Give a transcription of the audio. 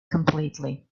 completely